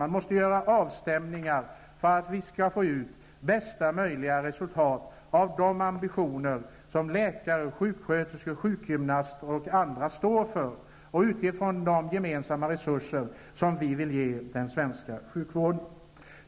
Man måste göra avstämningar för att vi skall ut bästa möjliga resultat av de ambitioner som läkare, sjuksköterskor, sjukgymnaster och andra står för utifrån de gemensamma resurser som vi vill ge den svenska sjukvården.